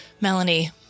Melanie